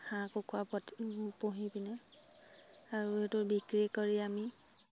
হাঁহ কুকৰা প্ৰতি পুহি পিনে আৰু এইটো বিক্ৰী কৰি আমি